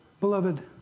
Beloved